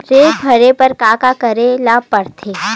ऋण भरे बर का का करे ला परथे?